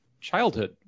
childhood